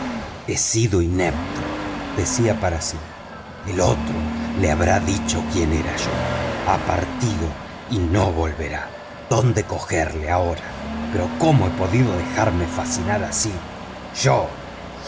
he sido inepto decía para sí el otro te habrá dicho quién era yo ha partido y no volverá dónde apresarlo ahora pero cómo he podido dejarme fascinar así yo